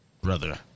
Brother